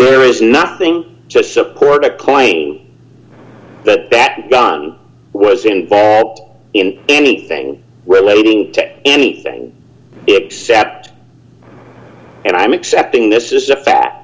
there is nothing to support a claim the bad gun was involved in anything relating to anything except and i'm except in this is a fat